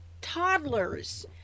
toddlers